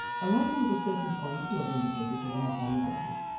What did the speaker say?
alighting at a certain point he had indicated to them upon the road,